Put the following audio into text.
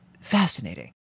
fascinating